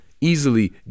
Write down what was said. easily